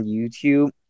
YouTube